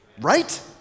Right